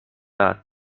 lad